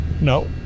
No